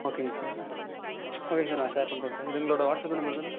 ஓகேங்க sir okay sir நான் share பண்ணுறேன் சார் இது உங்களோடய வாட்ஸ்அப் நம்பர் தான